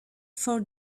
for